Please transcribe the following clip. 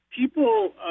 people